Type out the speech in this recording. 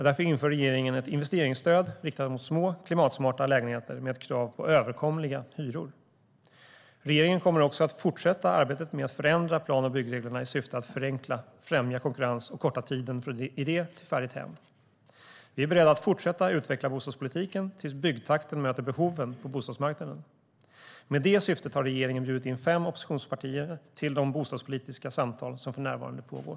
Därför inför regeringen ett investeringsstöd riktat mot små klimatsmarta lägenheter med ett krav på överkomliga hyror. Regeringen kommer också att fortsätta arbetet med att förändra plan och byggreglerna i syfte att förenkla, främja konkurrens och korta tiden från idé till färdigt hem. Vi är beredda att fortsätta utveckla bostadspolitiken tills byggtakten möter behoven på bostadsmarknaden. Med det syftet har regeringen bjudit in fem oppositionspartier till de bostadspolitiska samtal som för närvarande pågår.